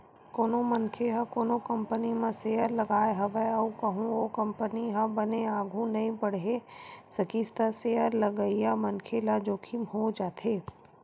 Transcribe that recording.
कोनो मनखे ह कोनो कंपनी म सेयर लगाय हवय अउ कहूँ ओ कंपनी ह बने आघु नइ बड़हे सकिस त सेयर लगइया मनखे ल जोखिम हो जाथे